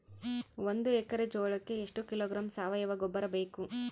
ಒಂದು ಎಕ್ಕರೆ ಜೋಳಕ್ಕೆ ಎಷ್ಟು ಕಿಲೋಗ್ರಾಂ ಸಾವಯುವ ಗೊಬ್ಬರ ಬೇಕು?